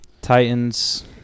Titans